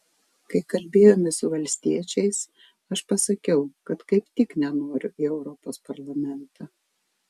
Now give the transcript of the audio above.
kai kalbėjome su valstiečiais aš pasakiau kad kaip tik nenoriu į europos parlamentą